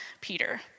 Peter